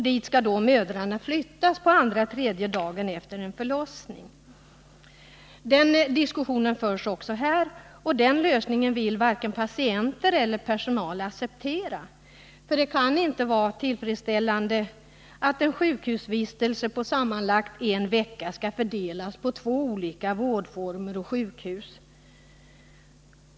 Dit skulle då mödrarna flyttas på andra eller tredje dagen efter förlossningen. Den lösningen vill varken patienter eller personal acceptera. Det kan inte vara tillfredsställande att en sjukhusvistelse på sammanlagt en vecka skall fördelas på två olika vårdformer och sjukhus.